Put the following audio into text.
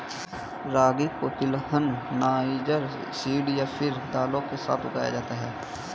रागी को तिलहन, niger seed या फिर दालों के साथ उगाया जाता है